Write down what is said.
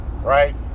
right